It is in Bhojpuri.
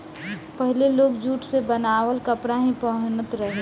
पहिले लोग जुट से बनावल कपड़ा ही पहिनत रहे